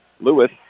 Lewis